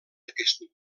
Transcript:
aquest